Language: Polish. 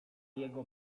jego